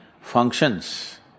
functions